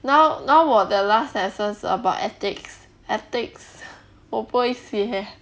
now now 我的 last sem about ethics ethics 我不会写